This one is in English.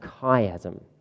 chiasm